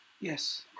Yes